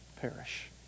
perish